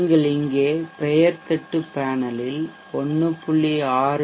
நீங்கள் இங்கே பெயர் தட்டு பேனலில் 1